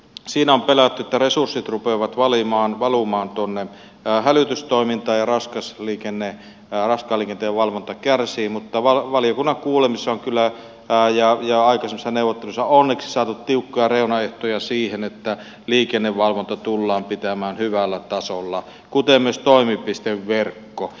siinä on pelätty että resurssit rupeavat valumaan hälytystoimintaan ja raskaan liikenteen valvonta kärsii mutta valiokunnan kuulemisissa ja aikaisemmissa neuvotteluissa on onneksi saatu tiukkoja reunaehtoja siihen että liikennevalvonta tullaan pitämään hyvällä tasolla kuten myös toimipisteverkko